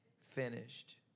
finished